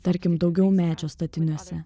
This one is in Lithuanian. tarkim daugiau medžio statiniuose